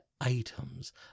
items